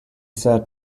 sat